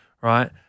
right